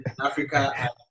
Africa